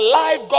life